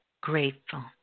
grateful